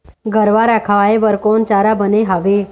गरवा रा खवाए बर कोन चारा बने हावे?